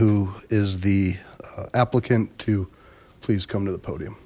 who is the applicant to please come to the podium